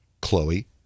Chloe